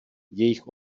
jejich